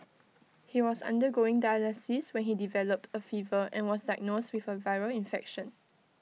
he was undergoing dialysis when he developed A fever and was diagnosed with A viral infection